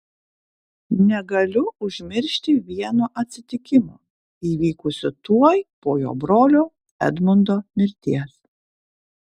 negaliu užmiršti vieno atsitikimo įvykusio tuoj po jo brolio edmundo mirties